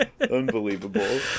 Unbelievable